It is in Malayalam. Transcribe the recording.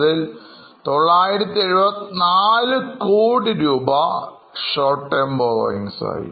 അതിൽ974 crore രൂപ short term borrowing ആയി